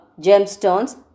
gemstones